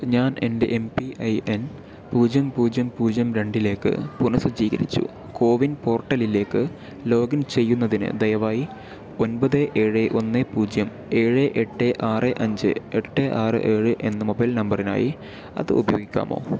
ഞാൻ എൻ്റെ M P I N പൂജ്യം പൂജ്യം പൂജ്യം രണ്ടിലേക്ക് പുനഃസജ്ജീകരിച്ചു കോ വിൻ പോർട്ടലിലേക്ക് ലോഗിൻ ചെയ്യുന്നതിന് ദയവായി ഒൻപത് ഏഴ് ഒന്ന് പൂജ്യം ഏഴ് എട്ട് ആറ് അഞ്ച് എട്ട് ആറ് ഏഴ് എന്ന മൊബൈൽ നമ്പറിനായി അത് ഉപയോഗിക്കാമോ